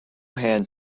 hand